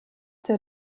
der